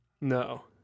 No